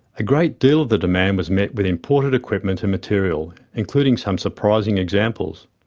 a great deal of the demand was met with imported equipment and material, including some surprising examples.